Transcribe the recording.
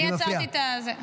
אני עצרתי את זה.